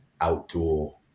outdoor